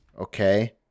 Okay